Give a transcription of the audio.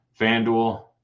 FanDuel